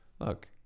Look